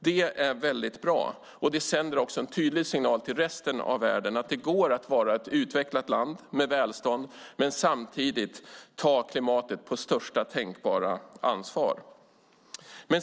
Det är väldigt bra och sänder också en tydlig signal till resten av världen att det går att vara ett utvecklat land med välstånd men samtidigt ta klimatet på största tänkbara allvar.